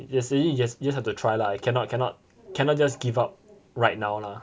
just just have to try lah cannot give up right now lah